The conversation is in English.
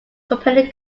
company